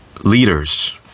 leaders